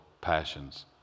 passions